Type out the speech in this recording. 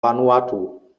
vanuatu